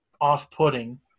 off-putting